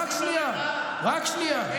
בצלאל, רק שנייה,